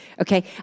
okay